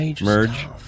merge